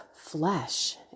flesh